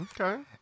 Okay